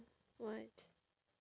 what